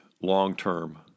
long-term